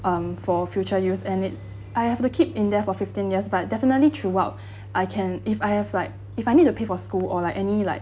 um for future use and it I have to keep in there for fifteen years but definitely throughout I can if I have like if I need to pay for school or like any like